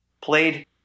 played